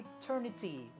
eternity